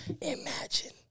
imagine